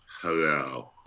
Hello